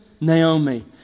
Naomi